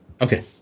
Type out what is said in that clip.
Okay